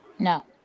No